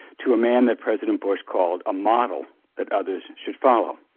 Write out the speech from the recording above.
to a man that president bush called a model that others should follow.